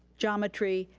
geometry,